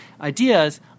ideas